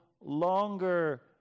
longer